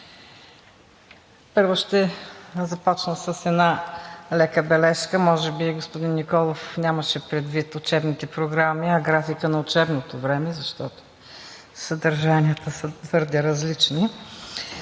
Първо ще започна с една лека бележка, може би господин Николов нямаше предвид учебните програми, а графикът на учебното време, защото съдържанията са твърде различни.